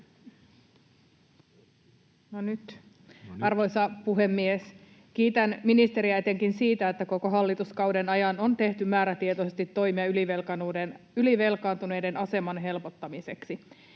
Arvoisa puhemies! Kiitän ministeriä etenkin siitä, että koko hallituskauden ajan on tehty määrätietoisesti toimia ylivelkaantuneiden aseman helpottamiseksi.